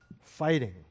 fighting